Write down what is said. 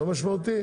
לא משמעותי.